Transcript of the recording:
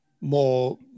more